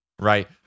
Right